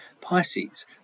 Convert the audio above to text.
Pisces